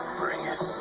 bring it!